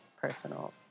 personal